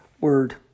Word